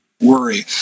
worry